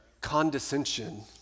condescension